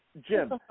Jim